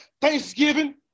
Thanksgiving